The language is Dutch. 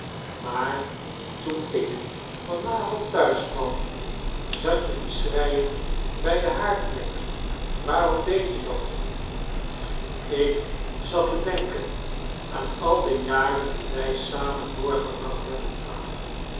maar toen ik van avond thuis kwam zat je te schreien bij den haard meg waarom deedt je dat ik zat te denken aan al de jaren die wij samen doorgebracht hebben vader